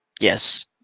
Yes